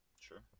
Sure